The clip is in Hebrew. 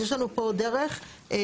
אז יש לנו פה דרך מסוימת,